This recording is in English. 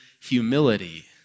humility